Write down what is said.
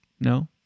No